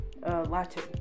Latin